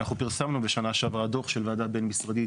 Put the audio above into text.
אנחנו פרסמנו בשנה שעברה דו"ח של וועדה בין-משרדית,